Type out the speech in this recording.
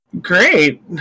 Great